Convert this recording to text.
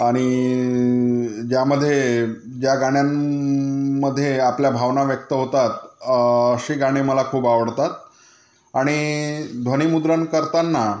आणि ज्यामध्ये ज्या गाण्यांमध्ये आपल्या भावना व्यक्त होतात अशी गाणी मला खूप आवडतात आणि ध्वनिमुद्रण करताना